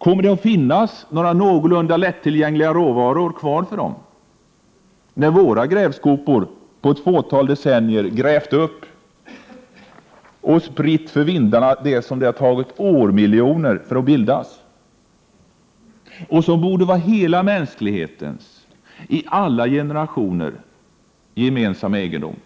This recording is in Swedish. Kommer det att finnas några någorlunda lättillgängliga råvaror kvar för dem när våra grävskopor på ett fåtal decennier grävt upp och spritt för vindarna det som har tagit årmiljoner att bilda och som borde vara hela mänsklighetens — i alla generationer — gemensamma egendom?